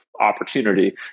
opportunity